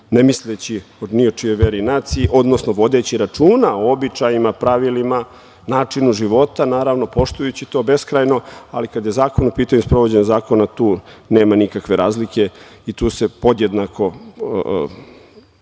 ne misleći ni o čijoj veri i naciji, odnosno vodeći računa o običajima, pravilima, načinu života, naravno, poštujući to beskrajno, ali kada je zakon u pitanju, sprovođenje zakona, tu nema nikakve razlike i tu se podjednako,